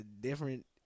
different